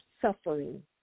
suffering